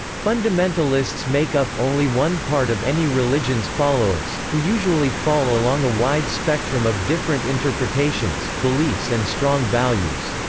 fundamentalists make up only one part of any religion's followers, who usually fall along a wide spectrum of different interpretations, beliefs and strong values.